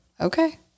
okay